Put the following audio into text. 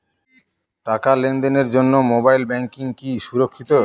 টাকা লেনদেনের জন্য মোবাইল ব্যাঙ্কিং কি সুরক্ষিত?